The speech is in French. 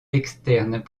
externes